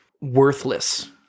Worthless